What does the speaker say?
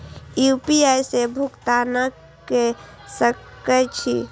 UPI से भुगतान क सके छी?